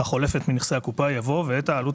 "החולפת מנכסי הקופה" יבוא "ואת העלות